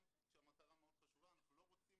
גם כשהמטרה מאוד חשובה אנחנו לא רוצים